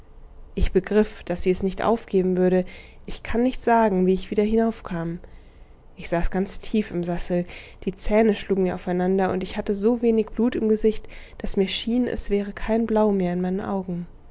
ich begriff daß sie es nicht aufgeben würde ich kann nicht sagen wie ich wieder hinaufkam ich saß ganz tief im sessel die zähne schlugen mir aufeinander und ich hatte so wenig blut im gesicht daß mir schien es wäre kein blau mehr in meinen augen